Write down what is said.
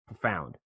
Profound